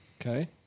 Okay